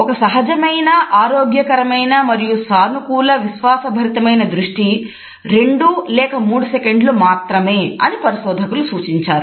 ఒక సహజమైన ఆరోగ్యకరమైన మరియు సానుకూల విశ్వాస భరితమైన దృష్టి 2 లేక 3 సెకండ్లు మాత్రమే అని పరిశోధకులు సూచించారు